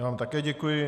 Já vám také děkuji.